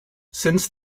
since